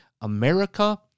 America